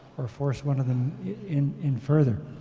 or force one of them in in further.